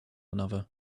another